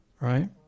right